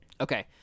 Okay